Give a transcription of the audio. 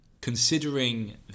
Considering